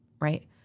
right